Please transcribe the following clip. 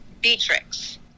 Beatrix